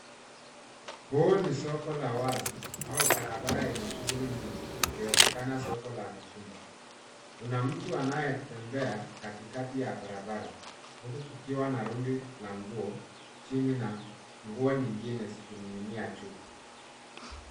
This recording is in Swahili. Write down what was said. Huu ni soko la wazi au barabara lenye shughuli nyingi, ikiwezekana soko la mtumba. Kuna mtu anayetembea katikati ya barabara, huku kukiwa na rundi la nguo chini na nguo nyingine zikining'inia juu.